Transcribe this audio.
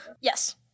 Yes